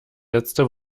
letzte